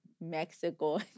Mexico